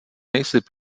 nejsi